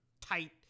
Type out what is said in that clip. tight